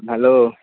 hello